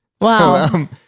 wow